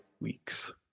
weeks